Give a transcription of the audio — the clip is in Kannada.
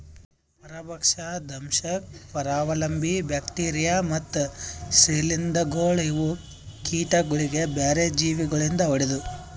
ಪರಭಕ್ಷ, ದಂಶಕ್, ಪರಾವಲಂಬಿ, ಬ್ಯಾಕ್ಟೀರಿಯಾ ಮತ್ತ್ ಶ್ರೀಲಿಂಧಗೊಳ್ ಇವು ಕೀಟಗೊಳಿಗ್ ಬ್ಯಾರೆ ಜೀವಿ ಗೊಳಿಂದ್ ಹೊಡೆದು